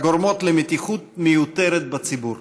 הגורמות למתיחות מיותרת בציבור.